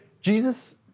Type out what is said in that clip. Jesus